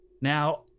Now